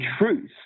truth